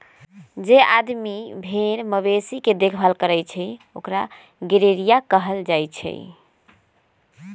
जे आदमी भेर मवेशी के देखभाल करई छई ओकरा गरेड़िया कहल जाई छई